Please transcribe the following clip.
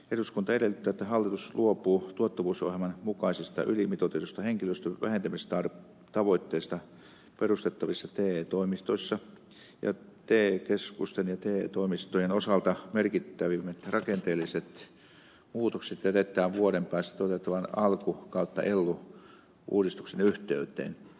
eduskunta edellyttää että hallitus luopuu tuottavuusohjelman mukaisista ylimitoitetuista henkilöstön vähentämistavoitteista perustettavissa te toimistoissa ja te keskusten ja te toimistojen osalta merkittävimmät rakenteelliset muutokset jätetään vuoden päästä toteutettavan ellu uudistuksen yhteyteen